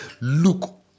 Look